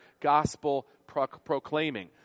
gospel-proclaiming